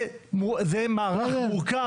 זה מערך מורכב.